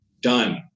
done